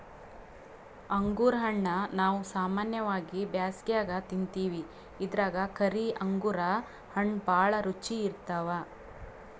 ಅಂಗುರ್ ಹಣ್ಣಾ ನಾವ್ ಸಾಮಾನ್ಯವಾಗಿ ಬ್ಯಾಸ್ಗ್ಯಾಗ ತಿಂತಿವಿ ಇದ್ರಾಗ್ ಕರಿ ಅಂಗುರ್ ಹಣ್ಣ್ ಭಾಳ್ ರುಚಿ ಇರ್ತವ್